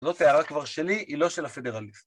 זאת הערה כבר שלי, היא לא של הפדרליסט